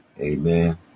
Amen